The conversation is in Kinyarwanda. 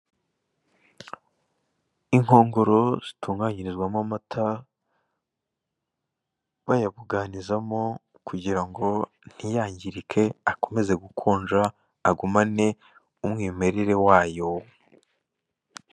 Inkongoro zitunganyirizwamo amata bayabuganizamo kugira ngo ntiyangirike akomeze gukonja agumane umwimerere wayo.